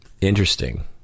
interesting